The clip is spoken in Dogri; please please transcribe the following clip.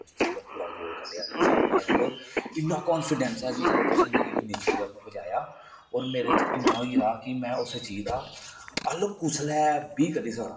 पूरा गोल कड्ढेआ साढ़े कोल इन्ना कान्फीडैंस सर तुंदा शुक्रिया तुसें मिगी इन्नी दूर पजाया औऱ मेरे च इन्ना होई गेदा हा कि में उस चीज दा हल कुसै लै बी कड्ढी सकना